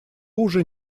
уже